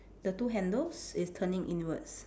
the two handles is turning inwards